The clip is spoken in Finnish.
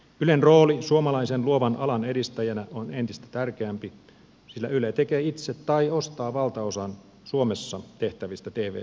ylen rooli suomalaisen luovan alan edistäjänä on entistä tärkeämpi sillä yle tekee itse tai ostaa valtaosan suomessa tehtävistä tv sisällöistä